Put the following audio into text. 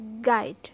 guide